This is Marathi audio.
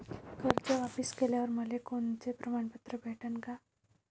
कर्ज वापिस केल्यावर मले कोनचे प्रमाणपत्र भेटन का?